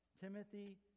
Timothy